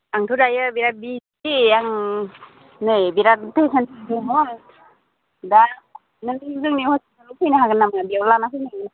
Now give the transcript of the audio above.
आंथ' दायो बेयाव बिजि आं नै बिरात पेसेन्ट दङ दा नों जोंनियावहाय फैनो हागोन नामा बेयाव लाना फैनो हागोन नामा